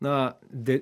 na de